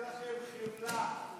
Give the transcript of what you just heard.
אין לכם חמלה.